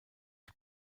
die